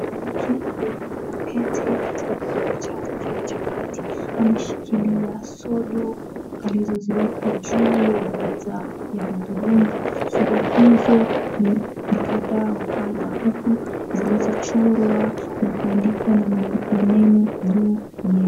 Mwanamke aliyevalia pete katika kidole chake cha kati, ameshikilia sodo alizoziweka juu ya meza ya hudhurungi. Sodo hizo ni kadha wa kadha huku zilizochorwa na kuandikwa na maneno juu yake.